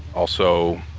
also,